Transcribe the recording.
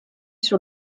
sur